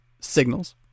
signals